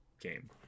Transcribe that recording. game